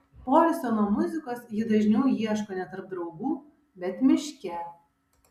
poilsio nuo muzikos ji dažniau ieško ne tarp draugų bet miške